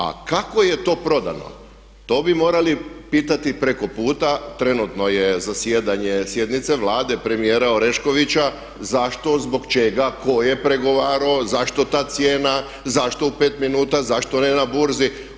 A kako je to prodano, to bi morali pitati preko puta, trenutno je zasjedanje sjednice Vlade premijera Oreškovića, zašto, zbog čega, tko je pregovarao, zašto ta cijena, zašto u 5 minuta, zašto ne na Burzi?